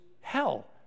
hell